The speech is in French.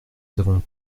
savons